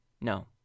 no